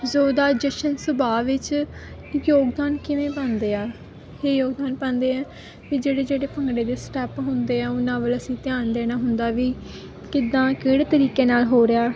ਜੋ ਉਹਦਾ ਜਸ਼ਨ ਸੁਭਾਅ ਵਿੱਚ ਯੋਗਦਾਨ ਕਿਵੇਂ ਬਣਦੇ ਆ ਇਹ ਯੋਗਦਾਨ ਪਾਂਦੇ ਆ ਵੀ ਜਿਹੜੇ ਜਿਹੜੇ ਭੰਗੜੇ ਦੇ ਸਟੈਪ ਹੁੰਦੇ ਆ ਉਹਨਾਂ ਵੱਲ ਅਸੀਂ ਧਿਆਨ ਦੇਣਾ ਹੁੰਦਾ ਵੀ ਕਿੱਦਾਂ ਕਿਹੜੇ ਤਰੀਕੇ ਨਾਲ ਹੋ ਰਿਹਾ